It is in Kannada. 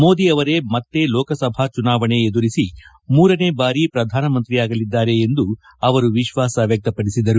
ಮೋದಿ ಅವರೇ ಮತ್ತೆ ಲೋಕಸಭಾ ಚುನಾವಣೆ ಎದುರಿಸಿ ಮೂರನೇ ಬಾರಿ ಪ್ರಧಾನಿಯಾಗಲಿದ್ದಾರೆ ಎಂದು ವಿಶ್ವಾಸ ವ್ಯಕ್ತಪಡಿಸಿದರು